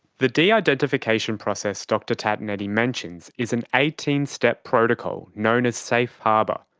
the de-identification process dr tatonetti mentions is an eighteen step protocol known as safe harbor,